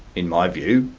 in my view,